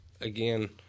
Again